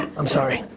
i'm sorry.